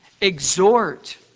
exhort